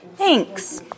Thanks